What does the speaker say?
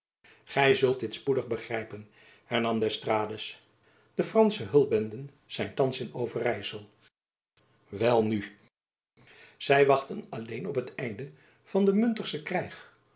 gy zult dit spoedig begrijpen hernam d'esjacob van lennep elizabeth musch trades de fransche hulpbenden zijn thands in overyssel welnu zy wachten alleen op het einde van den munsterschen krijg